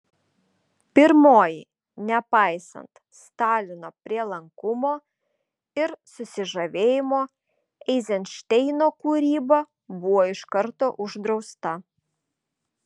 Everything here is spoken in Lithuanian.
pirmoji nepaisant stalino prielankumo ir susižavėjimo eizenšteino kūryba buvo iš karto uždrausta